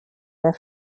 der